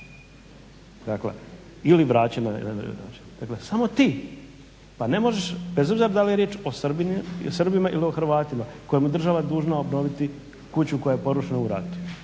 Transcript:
ili vraćena. Samo ti. Pa ne možeš bez obzira da li je riječ o Srbima ili Hrvatima kojima je država dužna obnoviti kuću koja je porušena u ratu.